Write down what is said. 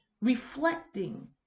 reflecting